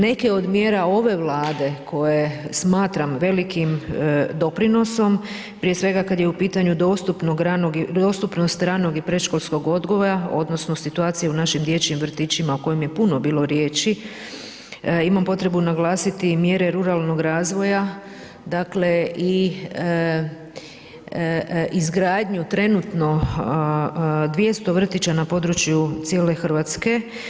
Neke od mjera ove vlade, koje smatram velikim doprinosom, prije svega kada je u pitanju dostupnost ranog i predškolskog odgoja, odnosno, situacija u našim dječjim vrtićima u kojem je puno bio riječi, imam potrebnu naglasiti mjere ruralnog razvoja, dakle, i izgradnju trenutno 200 vrtića na području cijele Hrvatske.